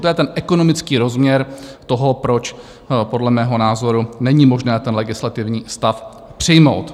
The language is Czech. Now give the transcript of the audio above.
To je ten ekonomický rozměr toho, proč podle mého názoru není možné legislativní stav přijmout.